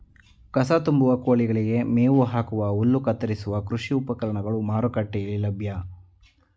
ಕಸ ತುಂಬುವ, ಕೋಳಿಗಳಿಗೆ ಮೇವು ಹಾಕುವ, ಹುಲ್ಲು ಕತ್ತರಿಸುವ ಕೃಷಿ ಉಪಕರಣಗಳು ಮಾರುಕಟ್ಟೆಯಲ್ಲಿ ಲಭ್ಯ